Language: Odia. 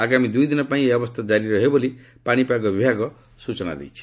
ଆଗାମୀ ଦୁଇଦିନ ପାଇଁ ଏହି ଅବସ୍ଥା ଜାରି ରହିବ ବୋଲି ପାଶିପାଗ ବିଭାଗ ପକ୍ଷରୁ କୁହାଯାଇଛି